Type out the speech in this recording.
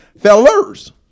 fellers